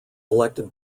elected